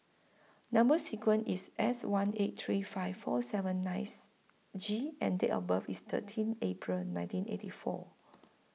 Number sequence IS S one eight three five four seven nice G and Date of birth IS thirteen April nineteen eighty four